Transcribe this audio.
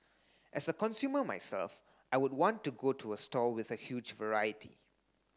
as a consumer myself I would want to go to a store with a huge variety